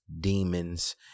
demons